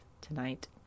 tonight